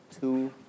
two